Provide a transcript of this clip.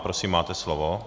Prosím, máte slovo.